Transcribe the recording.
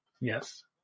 Yes